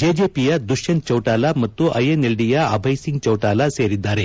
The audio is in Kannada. ಜೆಜೆಪಿಯ ದುಷಂತ್ ಚೌಟಾಲಾ ಮತ್ತು ಐಎನ್ಎಲ್ಡಿಯ ಅಭಯ್ ಸಿಂಗ್ ಚೌಟಾಲಾ ಸೇರಿದ್ದಾರೆ